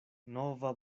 nova